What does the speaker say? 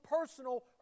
personal